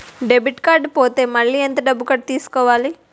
Debit card పోతే మళ్ళీ ఎంత డబ్బు కట్టి తీసుకోవాలి?